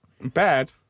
Bad